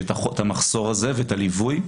את המחסור הזה ואת הליווי,